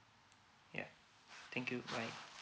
yeah thank you bye